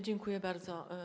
Dziękuję bardzo.